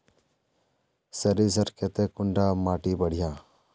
सरीसर केते कुंडा माटी बढ़िया?